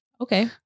Okay